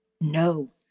No